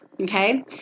Okay